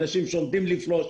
אנשים שעומדים לפרוש,